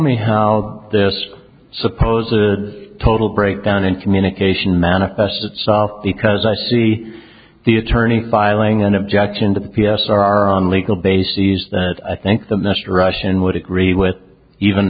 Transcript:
me how this supposed a total breakdown in communication manifests itself because i see the attorney filing an objection to the p s r on legal bases that i think the mr russian would agree with even